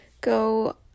go